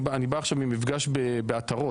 אני בא עכשיו ממפגש בעטרות,